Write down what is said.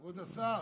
כבוד השר.